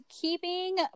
keeping